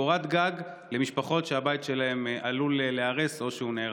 קורת גג למשפחות שהבית שלהן עלול להיהרס או שנהרס.